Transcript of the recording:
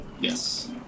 Yes